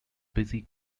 busy